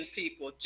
people